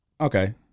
okay